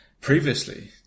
Previously